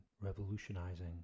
revolutionizing